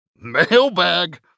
Mailbag